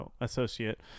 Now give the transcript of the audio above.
associate